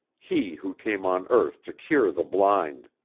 he who came on earth to cure the blind.